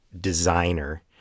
designer